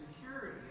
security